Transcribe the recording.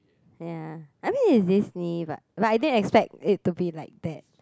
ya I think is Disney but but I didn't expect it to be like that